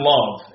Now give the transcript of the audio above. Love